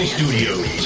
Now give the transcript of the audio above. Studios